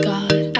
God